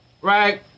right